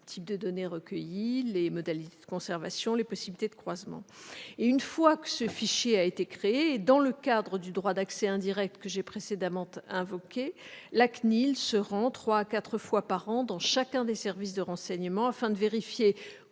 type de données recueillies, leurs modalités de conservation et les possibilités de croisement. Une fois ce fichier créé, et dans le cadre du droit d'accès indirect que j'ai précédemment évoqué, la CNIL se rend trois à quatre fois par an dans chacun des services de renseignement afin de vérifier,